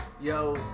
Yo